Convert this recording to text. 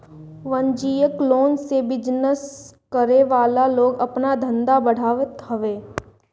वाणिज्यिक लोन से बिजनेस करे वाला लोग आपन धंधा बढ़ावत हवे